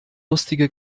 lustige